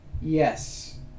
Yes